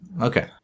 Okay